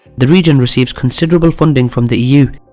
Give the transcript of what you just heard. the region receives considerable funding from the eu,